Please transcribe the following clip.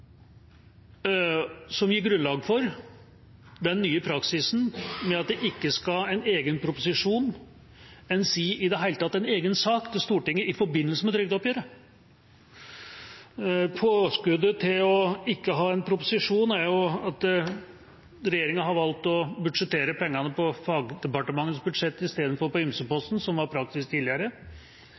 som gir grunnlag for den nye praksisen med at det ikke skal en egen proposisjon, enn si i det hele tatt en egen sak, til Stortinget i forbindelse med trygdeoppgjøret. Påskuddet for ikke å ha en proposisjon er jo at regjeringa har valgt å budsjettere pengene på fagdepartementets budsjett istedenfor på ymseposten, som var praksis tidligere.